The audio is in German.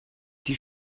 die